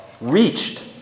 reached